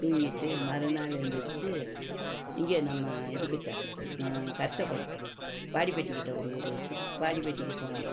தூங்கிவிட்டு மறுநாள் எழுந்திரிச்சு இங்கே நம்ம இதுக்கிட்டே கரிசக்குளம் வாடிப்பட்டிக்கிட்டே ஒரு ஊர் இருக்குது வாடிப்பட்டிக்கு போனேன்